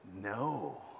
No